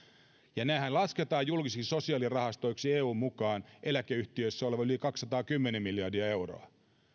ja nehän lasketaan julkisiksi sosiaalirahastoiksi eun mukaan eläkeyhtiöissä oleva yli kaksisataakymmentä miljardia euroa